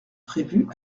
prévues